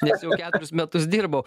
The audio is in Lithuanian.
nes jau ketverius metus dirbau